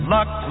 Luck